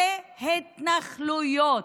אלה התנחלויות,